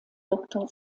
doktor